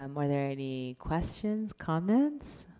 um are there any questions, comments?